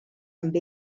amb